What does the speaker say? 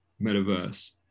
metaverse